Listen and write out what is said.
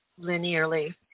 linearly